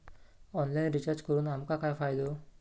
Online recharge करून आमका काय फायदो?